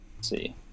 see